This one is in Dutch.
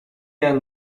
jaar